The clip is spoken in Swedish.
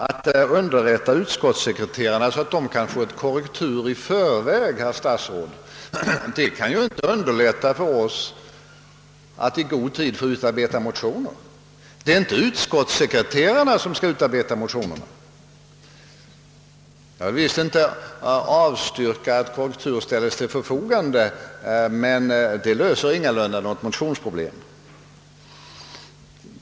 Att underrätta utskottssekreterarnma genom att ge dem ett korrekturexemplar i förväg, kan ju inte, herr statsråd, underlätta för oss att i god tid utarbeta motioner. Det är inte utskottssekreterarna som skall utarbeta motionerna. Jag vill visst inte avstyrka att korrekturexemplar ställs till förfogande, men det löser ingalunda något problem i samband med väckandet av motioner.